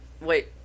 wait